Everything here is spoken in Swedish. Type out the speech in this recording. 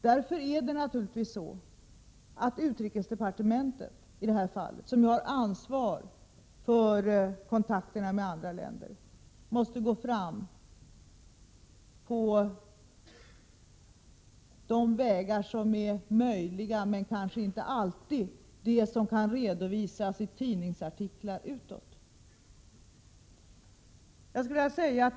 Därför måste naturligtvis utrikesdepartementet, som ju har ansvar för kontakterna med andra länder, i det här fallet gå fram på de vägar som är möjliga men som kanske inte alltid kan redovisas i tidningsartiklar utåt.